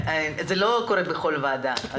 זה לא קורה בכל ועדה.